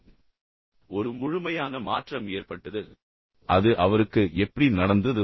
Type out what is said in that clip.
எனவே ஒரு முழுமையான மாற்றம் ஏற்பட்டது அது அவருக்கு எப்படி நடந்தது